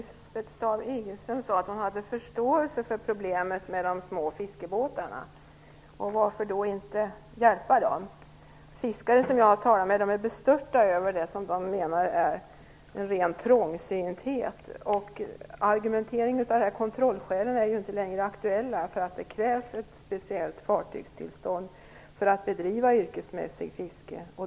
Fru talman! Lisbeth Staaf-Igelström sade att hon hade förståelse för problemet med de små fiskebåtarna. Varför då inte hjälpa dessa fiskare? Fiskare som jag har talat med är bestörta över det som de upplever som en ren trångsynthet. Kontrollskälen är ju inte längre aktuella. Det krävs ett speciellt fartygstillstånd för att man skall få bedriva yrkesmässigt fiske.